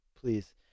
please